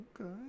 Okay